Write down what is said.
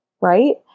right